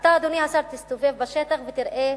אם אתה, אדוני השר, תסתובב בשטח ותראה